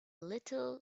little